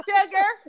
Sugar